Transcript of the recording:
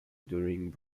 during